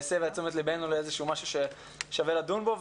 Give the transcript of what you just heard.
שהסבה את תשומת ליבנו לאיזשהו משהו ששווה לדון בו.